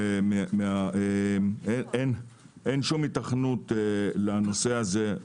אין שום היתכנות לנושא הזה.